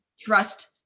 trust